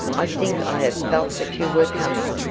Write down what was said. i think i have felt that you were coming.